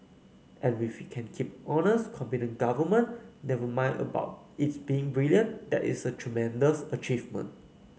and if we can keep honest competent government never mind about its being brilliant that is a tremendous achievement